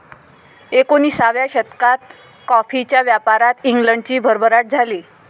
एकोणिसाव्या शतकात कॉफीच्या व्यापारात इंग्लंडची भरभराट झाली